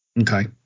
okay